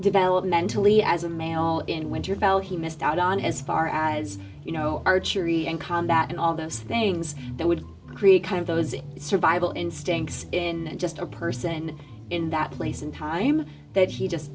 developmentally as a male in winterfell he missed out on as far as you know archery and combat and all those things that would create kind of those survival instincts in just a person in that place in time that he just